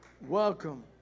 welcome